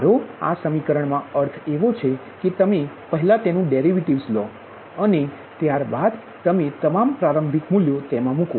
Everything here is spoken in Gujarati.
મારો આ સમીકરણ મા અર્થ એવો છે કે તમે પહેલા તેનુ ડેરિવેટિવ્ઝ લો અને ત્યારબાદ તમે તમામ પ્રારંભિક મૂલ્યો તેમા મૂકો